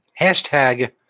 Hashtag